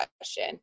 question